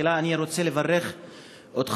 תחילה אני רוצה לברך אותך,